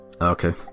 Okay